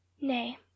nay